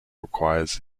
requires